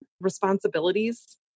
responsibilities